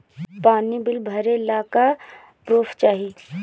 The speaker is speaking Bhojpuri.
पानी बिल भरे ला का पुर्फ चाई?